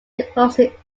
deposit